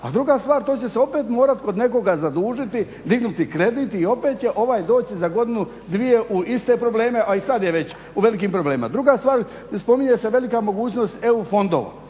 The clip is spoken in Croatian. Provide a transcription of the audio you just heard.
A druga stvar, to će se opet morat kod nekoga zadužiti, dignuti kredit i opet će ovaj doći za godinu, dvije u iste probleme a i sad je već u velikim problemima. Druga stvar, spominje se velika mogućnost EU fondova.